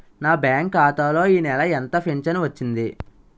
నా బ్యాంక్ ఖాతా లో ఈ నెల ఎంత ఫించను వచ్చింది?